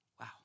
Wow